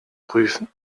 prüfen